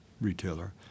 retailer